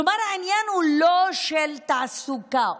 כלומר העניין הוא לא של תעסוקה.